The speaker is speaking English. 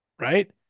Right